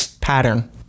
pattern